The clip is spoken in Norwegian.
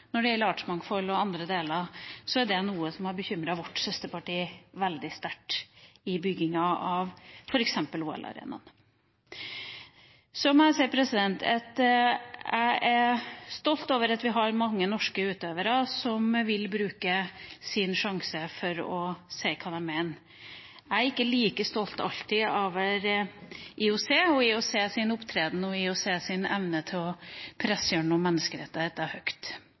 når det gjelder artsmangfold og andre deler av miljøaspektet – er det noe som har bekymret vårt søsterparti veldig sterkt, f.eks. med tanke på bygginga av OL-arenaen. Jeg må si at jeg er stolt over at vi har mange norske utøvere som vil bruke sin sjanse til å si hva de mener. Jeg er ikke alltid like stolt over IOC og IOCs opptreden og evne til å